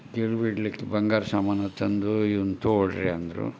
ಗಿರವಿ ಇಡ್ಲಿಕ್ಕೆ ಬಂಗಾರ ಸಾಮಾನು ತಂದು ಇವ್ನ ತೋಗಳ್ರಿ ಅಂದರು